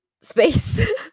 space